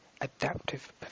adaptive